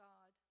God